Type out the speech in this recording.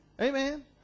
Amen